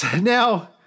Now